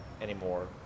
anymore